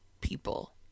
people